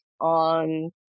on